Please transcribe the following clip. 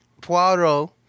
Poirot